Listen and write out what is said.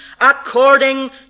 according